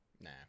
Nah